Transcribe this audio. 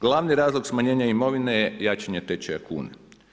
Glavni razlog smanjenja imovine je jačanje tečaja kune.